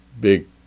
big